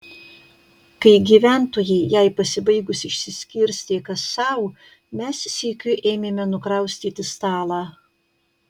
kai gyventojai jai pasibaigus išsiskirstė kas sau mes sykiu ėmėme nukraustyti stalą